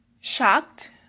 shocked